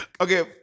Okay